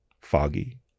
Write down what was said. foggy